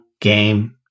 game